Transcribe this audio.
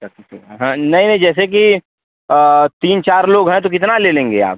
हाँ नहीं नहीं जैसे कि तीन चार लोग हैं तो कितना ले लेंगे आप